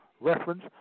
reference